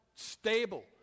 stable